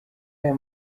aya